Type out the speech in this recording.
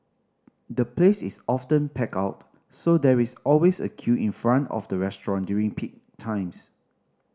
the place is often packed out so there is always a queue in front of the restaurant during peak times